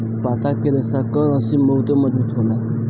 पत्ता के रेशा कअ रस्सी बहुते मजबूत होला